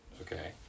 Okay